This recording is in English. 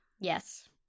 Yes